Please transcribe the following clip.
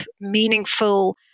meaningful